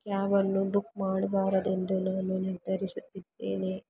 ಕ್ಯಾಬನ್ನು ಬುಕ್ ಮಾಡಬಾರದು ಎಂದು ನಾನು ನಿರ್ಧರಿಸುತ್ತಿದ್ದೇನೆ